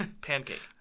Pancake